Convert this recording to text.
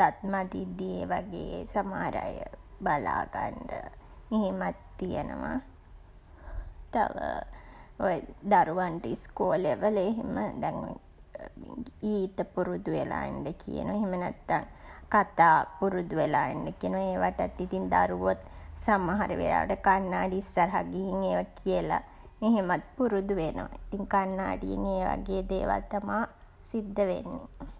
දත් මදිද්දී ඒ වගේ සමහර අය බලාගන්න එහෙමත් තියනවා. තව ඔය දරුවන්ට ඉස්කෝලවල එහෙම දැන් ගීත පුරුදු වෙලා එන්ඩ කියනවා. එහෙම නැත්තන් කතා පුරුදු වෙලා එන්ඩ කියනවා. ඒවටත් ඉතින් දරුවොත් සමහර වෙලාවට කණ්නාඩිය ඉස්සරහ ගිහින් ඒවා කියලා එහෙමත් පුරුදු වෙනවා. ඉතින් කණ්නාඩියෙන් ඒ වගේ දේවල් තමා සිද්ධ වෙන්නේ.